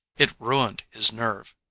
it ruined his nerve.